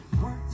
Work